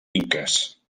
inques